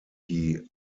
die